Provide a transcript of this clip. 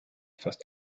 fast